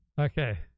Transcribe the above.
Okay